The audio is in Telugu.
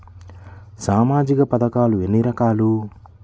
సామాజిక పథకాలు ఎన్ని రకాలు?